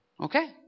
Okay